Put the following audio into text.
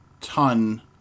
ton